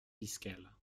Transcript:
fiscale